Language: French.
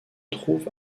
trouve